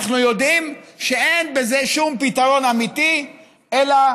אנחנו יודעים שאין בזה שום פתרון אמיתי אלא